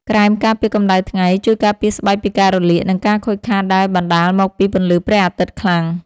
ក្រែមការពារកម្ដៅថ្ងៃជួយការពារស្បែកពីការរលាក និងការខូចខាតដែលបណ្ដាលមកពីពន្លឺព្រះអាទិត្យខ្លាំង។